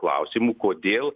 klausimų kodėl